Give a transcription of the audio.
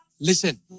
listen